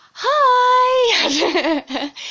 hi